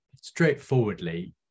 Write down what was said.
straightforwardly